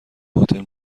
هتل